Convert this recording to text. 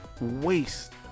waste